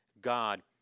God